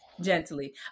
gently